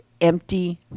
empty